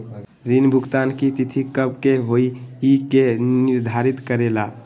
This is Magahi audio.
ऋण भुगतान की तिथि कव के होई इ के निर्धारित करेला?